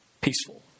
peaceful